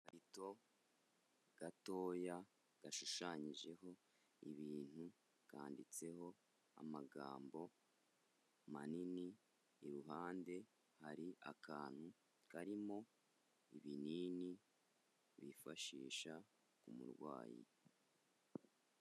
Agakarito gatoya gashushanyijeho ibintu kanditseho amagambo manini, iruhande hari akantu karimo ibinini bifashisha ku murwayi.